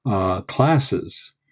classes